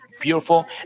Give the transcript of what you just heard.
beautiful